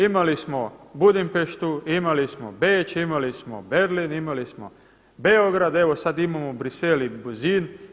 Imali smo Budimpeštu, imali smo Beč, imali smo Berlin, imali smo Beograd, evo sad imamo Bruxelles i Buzin.